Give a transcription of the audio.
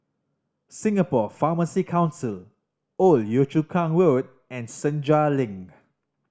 Singapore Pharmacy Council Old Yio Chu Kang Road and Senja Link